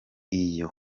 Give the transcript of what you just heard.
iyi